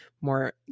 more